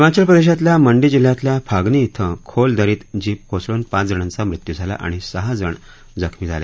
हिमाचल प्रदेशातल्या मंडी जिल्ह्यातल्या फागनी श्विं खोल दरीत जीप कोसळून पाच जणांचा मृत्यू झाला आणि सहा जण जखमी झाले